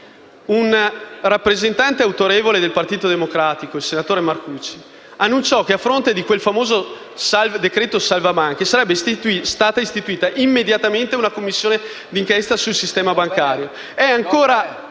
un rappresentante autorevole del Partito Democratico, il senatore Marcucci, annunciò che, a fronte di quel famoso decreto salva banche, sarebbe stata istituita immediatamente una Commissione d'inchiesta sul sistema bancario: è un anno